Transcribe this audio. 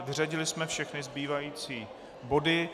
Vyřadili jsme všechny zbývající body.